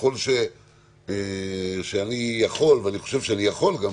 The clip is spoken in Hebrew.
ככל שאני יכול ואני חושב שאני יכול,